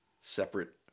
separate